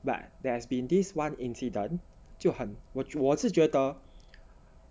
but there has been this one incident 就很 which 我是觉得